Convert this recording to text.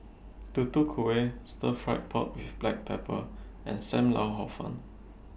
Tutu Kueh Stir Fried Pork with Black Pepper and SAM Lau Hor Fun